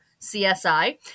csi